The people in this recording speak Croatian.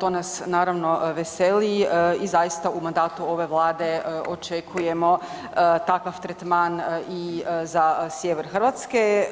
to nas naravno veseli i zaista u mandatu ove Vlade očekujemo takav tretman i za sjever Hrvatske.